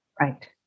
Right